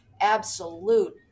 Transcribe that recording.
absolute